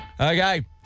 Okay